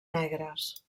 negres